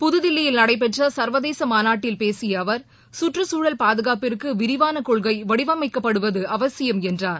புதுதில்லியில் நடைபெற்ற சர்வதேச மாநாட்டில் பேசிய அவர் கற்றுச்சூழல் பாதுகாப்பிற்கு விரிவான கொள்கை வடிவமைக்கப்படுவது அவசியம் என்றார்